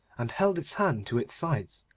and held its hands to its sides,